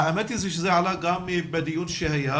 האמת היא שזה עלה גם בדיון שהיה,